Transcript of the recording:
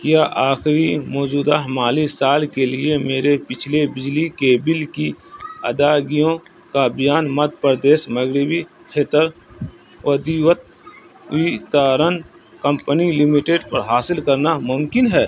کیا آخری موجودہ مالی سال کے لیے میرے پچھلے بجلی کے بل کی اداگیوں کا بیان مدھیہ پردیش مغربی Kshetra Vidyut Vitaran company limited پر حاصل کرنا ممکن ہے